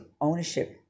ownership